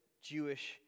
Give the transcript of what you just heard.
Jewish